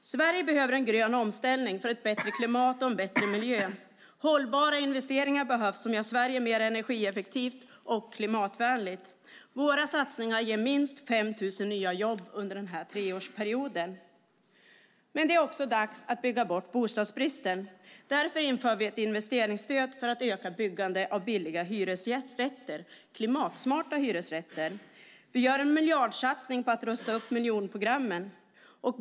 Sverige behöver en grön omställning för ett bättre klimat och en bättre miljö. Hållbara investeringar behövs som gör Sverige mer energieffektivt och klimatvänligt. Våra satsningar ger minst 5 000 nya jobb under treårsperioden. Men det är också dags att bygga bort bostadsbristen. Därför inför vi ett investeringsstöd för att öka byggandet av billiga, klimatsmarta hyresrätter. Vi gör en miljardsatsning på att rusta upp miljonprogrammen.